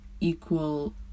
equal